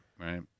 Right